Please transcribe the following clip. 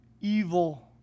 evil